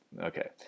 Okay